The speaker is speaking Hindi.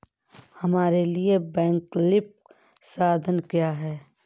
हमारे लिए वैकल्पिक समाधान क्या है?